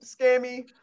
scammy